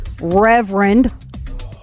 Reverend